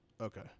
Okay